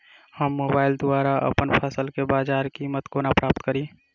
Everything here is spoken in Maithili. हम मोबाइल द्वारा अप्पन फसल केँ बजार कीमत कोना प्राप्त कड़ी?